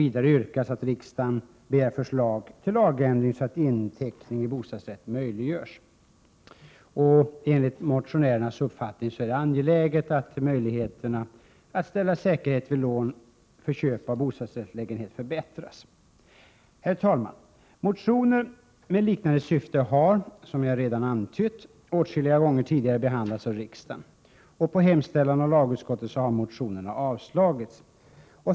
Vidare yrkas att riksdagen begär förslag till lagändring, så att inteckning i bostadsrätt möjliggörs. Enligt motionärernas uppfattning är det angeläget att möjligheterna att ställa säkerhet vid lån för köp av bostadsrättslägenhet förbättras. Herr talman! Motioner med liknande syfte har, som jag redan antytt, åtskilliga gånger tidigare behandlats av riksdagen, och på hemställan av lagutskottet har motionerna avslagits.